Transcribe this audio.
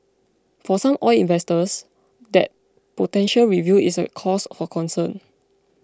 for some oil investors that potential review is a cause for concern